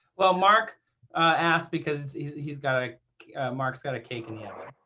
well, mark asked because he's got a mark's got a cake in the oven.